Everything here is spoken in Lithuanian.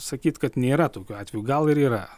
sakyt kad nėra tokių atvejų gal ir yra